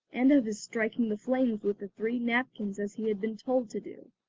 and of his striking the flames with the three napkins as he had been told to do.